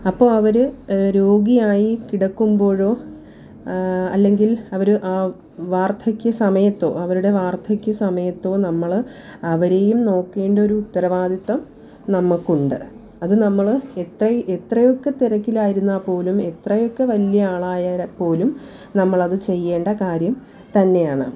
അപ്പോൾ അവർ രോഗിയായി കിടക്കുമ്പോഴോ അല്ലെങ്കിൽ അവർ ആ വാർധക്യ സമയത്തോ അവരുടെ വാർധക്യ സമയത്തോ നമ്മൾ അവരെയും നോക്കേണ്ട ഒരു ഉത്തരവാദിത്വം നമുക്കുണ്ട് അത് നമ്മൾ എത്ര എത്രയൊക്കെ തിരക്കിലായിരുന്നാൽ പോലും എത്രയൊക്കെ വലിയ ആളായൽപ്പോലും നമ്മളത് ചെയ്യേണ്ട കാര്യം തന്നെയാണ്